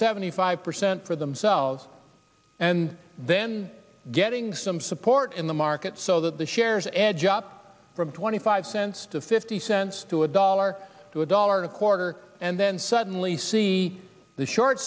seventy five percent for themselves and then getting some support in the market so that the shares edge up from twenty five cents to fifty cents to a dollar to a dollar and a quarter and then suddenly see the short